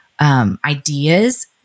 ideas